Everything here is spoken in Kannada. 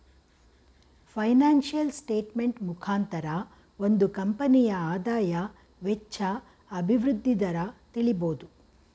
ಫೈನಾನ್ಸಿಯಲ್ ಸ್ಟೇಟ್ಮೆಂಟ್ ಮುಖಾಂತರ ಒಂದು ಕಂಪನಿಯ ಆದಾಯ, ವೆಚ್ಚ, ಅಭಿವೃದ್ಧಿ ದರ ತಿಳಿಬೋದು